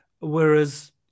whereas